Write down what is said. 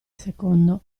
secondo